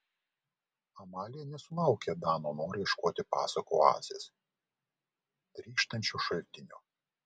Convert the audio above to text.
amalija nesulaukė dano noro ieškoti pasakų oazės trykštančio šaltinio